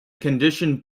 condition